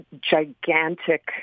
gigantic